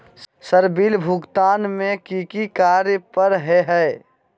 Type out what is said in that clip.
Sir bill भुगतान में की की कार्य पर हहै?